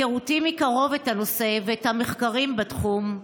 מהיכרותי מקרוב עם הנושא ועם המחקרים בתחום,